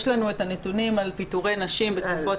יש לנו את הנתונים על פיטורי נשים בתקופות